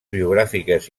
biogràfiques